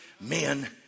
men